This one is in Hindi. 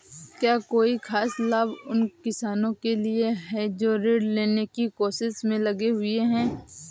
क्या कोई खास लाभ उन किसानों के लिए हैं जो ऋृण लेने की कोशिश में लगे हुए हैं?